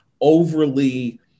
overly